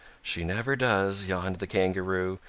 she never does, yawned the kangaroo,